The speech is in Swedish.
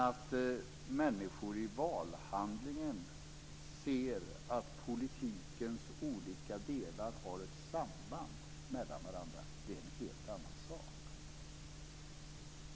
Att människor i valhandlingen ser att politikens olika delar har samband med varandra är en helt annan sak.